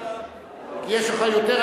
יש לך יותר,